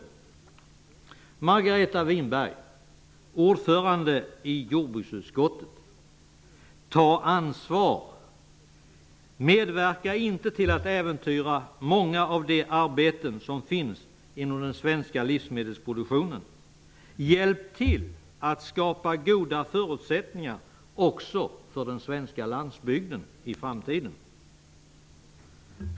Jag vill vädja till Margareta Winberg, ordföranden i jordbruksutskottet: Ta ansvar! Medverka inte till att äventyra många av de arbeten som finns inom den svenska livsmedelsproduktionen! Hjälp till att skapa goda förutsättningar också för den svenska landsbygden i framtiden!